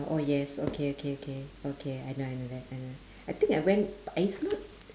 oh yes okay okay okay okay I know I know that I know that I think I went b~ is not